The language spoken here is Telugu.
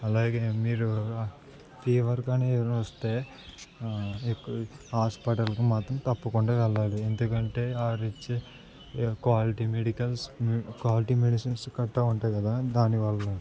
అలాగే మీరు ఫీవర్ కానీ ఏ వస్తే ఎ హాస్పిటల్కి మాత్రం తప్పకుండా వెళ్ళాలి ఎందుకంటే వారు ఇచ్చే క్వాలిటీ మెడికల్స్ క్వాలిటీ మెడిసిన్స్ కట్టా ఉంటాయి కదా దానివల్ల